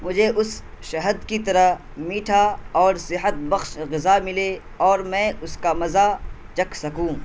مجھے اس شہد کی طرح میٹھا اور صحت بخش غذا ملے اور میں اس کا مزہ چکھ سکوں